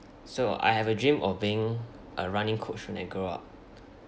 so I have a dream of being a running coach when I grow up